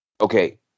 okay